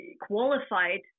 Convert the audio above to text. qualified